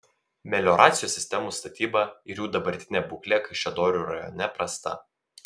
melioracijos sistemų statyba ir jų dabartinė būklė kaišiadorių rajone prasta